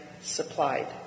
supplied